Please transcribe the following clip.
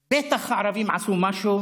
בטח הערבים עשו משהו.